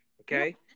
okay